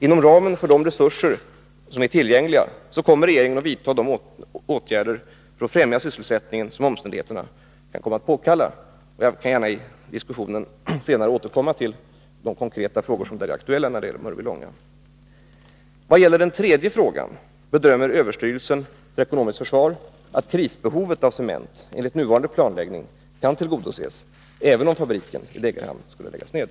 Inom ramen för tillgängliga resurser kommer regeringen att vidta de åtgärder för att främja sysselsättningen som omständigheterna kan komma att påkalla. Jag skall gärna i diskussionen senare återkomma till de konkreta frågor som är aktuella när det gäller Mörbylånga. Vad gäller den tredje frågan bedömer överstyrelsen för ekonomiskt försvar att krisbehovet av cement enligt nuvarande planläggning kan tillgodoses även om fabriken i Degerhamn skulle läggas ned.